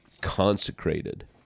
consecrated